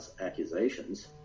accusations